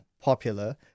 popular